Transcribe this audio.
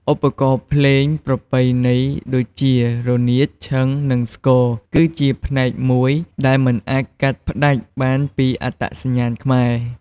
ឧបករណ៍ភ្លេងប្រពៃណីដូចជា រនាត ឈិង និងស្គរ គឺជាផ្នែកមួយដែលមិនអាចកាត់ផ្ដាច់បានពីអត្តសញ្ញាណខ្មែរ។